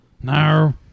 No